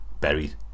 buried